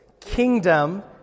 Kingdom